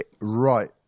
right